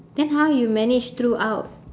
then how you managed throughout